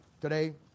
today